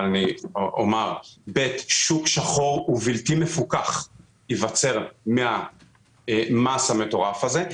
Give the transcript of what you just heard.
אבל אני אומר שיתפתח שוק שחור ובלתי מפוקח עקב המס המטורף הזה.